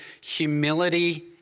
humility